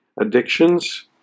addictions